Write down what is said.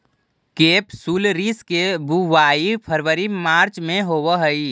केपसुलरिस के बुवाई फरवरी मार्च में होवऽ हइ